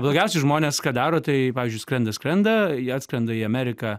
blogiausiai žmonės ką daro tai pavyzdžiui skrenda skrenda jie atskrenda į ameriką